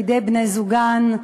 בידי בני-זוגן,